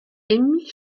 émile